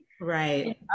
Right